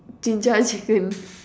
Jinjja-chicken